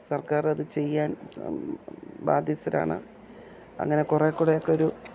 സർക്കാർ അതു ചെയ്യാൻ ബാധ്യസ്ഥരാണ് അങ്ങനെ കുറേക്കൂടിയൊക്കെ ഒരു